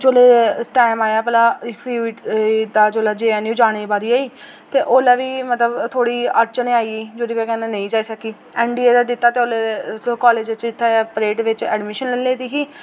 जोल्लै टैम आया भला सी यू ई टी दा जोल्लै जे एन यू जाने बारी आई ते ओल्लै भी थोह्ड़ी मतलब अड़चन आई गेई जोह्दी बजह् कन्नै नेईं जाई सकी एन डी ए दा दित्ता ते ओल्लै कॉलेज बिच इ'त्थें परेड बिच एडमिशन लेई लेदी ही